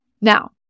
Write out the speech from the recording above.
Now